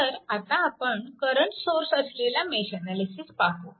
तर आता आपण करंट सोर्स असलेला मेश अनालिसिस पाहू